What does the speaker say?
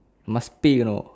must pay you know